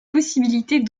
possibilités